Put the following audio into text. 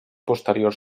posterior